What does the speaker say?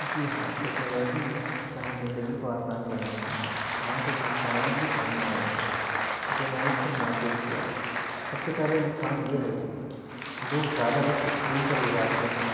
جی ہاں ٹیکنالوجی نے جہاں زندگی کو آسان بنایا ہے وہاں کچھ نقصانات بھی سامنے آئے ہیں جو میں نے خود محسوس کیا ہے سب سے پہلے نقصان یہ ہے کہ لوگ زیادہ وقت اسکرین پر گزارتے ہیں